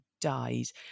dies